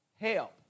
help